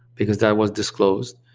because that was disclosed,